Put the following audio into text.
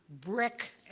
brick